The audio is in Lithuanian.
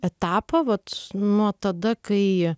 etapą vat nuo tada kai